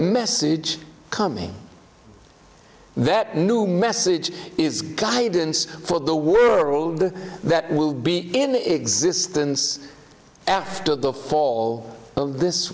message coming that new message is guidance for the world that will be in the existence after the fall of this